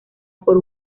por